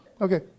Okay